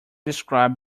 describe